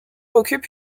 occupe